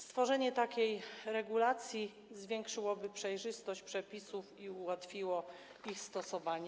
Stworzenie takiej regulacji zwiększyłoby przejrzystość przepisów i ułatwiło ich stosowanie.